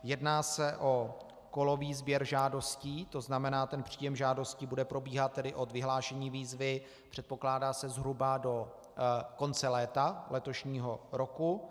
Jedná se o kolový sběr žádostí, to znamená, příjem žádostí bude probíhat od vyhlášení výzvy, předpokládá se, zhruba do konce léta letošního roku.